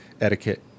etiquette